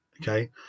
okay